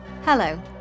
Hello